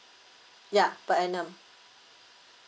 ya per annum